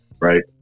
right